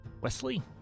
Wesley